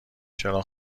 چرا